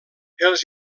els